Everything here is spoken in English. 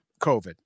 COVID